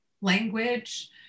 language